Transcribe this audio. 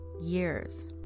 years